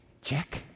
Check